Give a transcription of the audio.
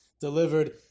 delivered